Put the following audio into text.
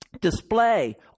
Display